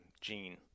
gene